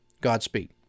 Godspeed